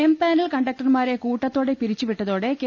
empanel കണ്ടക്ടർമാരെ കൂട്ടത്തോടെ പിരിച്ചുവിട്ടതോടെ കെ